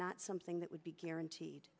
not something that would be guaranteed